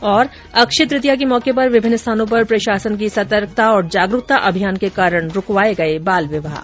् अक्षय तृतीया के मौके पर विभिन्न स्थानों पर प्रशासन की सतर्कता और जागरूकता अभियान के कारण रूकवाये गये बाल विवाह